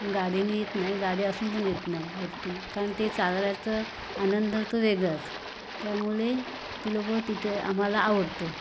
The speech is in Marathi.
गाडीने येत नाही गाडी असून पण येत नाही वरती कारण ते चालल्याचा आनंद तो वेगळाच त्यामुळे ते लोक तिथे आम्हाला आवडतं